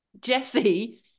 Jesse